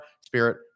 spirit